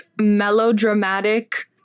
melodramatic